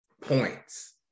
points